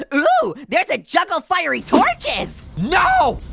ah ooh, there's a juggle fiery torches! no!